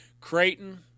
Creighton